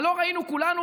מה, לא ראינו כולנו